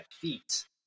feet